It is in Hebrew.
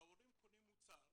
ההורים קונים מוצר,